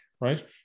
right